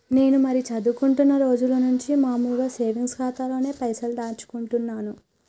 నేను మరీ చదువుకుంటున్నా రోజుల నుంచి మామూలు సేవింగ్స్ ఖాతాలోనే పైసలు దాచుకుంటున్నాను